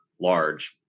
large